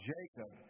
Jacob